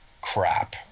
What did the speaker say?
crap